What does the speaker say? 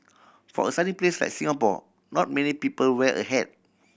for a sunny place like Singapore not many people wear a hat